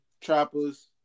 Trappers